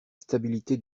stabilité